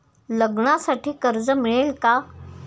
लग्नासाठी कर्ज मिळेल का?